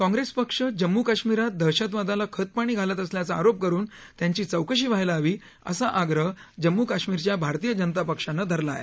काँग्रेस पक्ष जम्मू काश्मीरात दहशतवादाला खतपाणी घालत असलयाचा आरोप करुन त्यांची चौकशी व्हायला हवी असा आग्रह जम्मू काश्मीरच्या भारतीय जनता पक्षानं धरला आहे